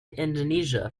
indonesia